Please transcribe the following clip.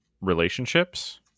relationships